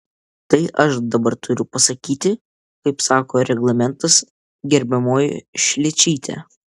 tai aš dabar turiu pasakyti kaip sako reglamentas gerbiamoji šličyte